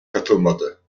katılmadı